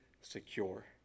secure